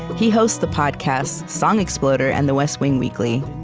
he hosts the podcasts, song exploder and the west wing weekly.